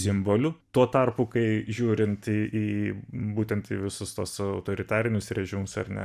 simboliu tuo tarpu kai žiūrint į į būtent į visus tuos autoritarinius režimus ar ne